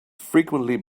frequently